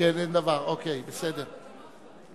אתה לא היחיד, אדוני היושב-ראש.